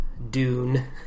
Dune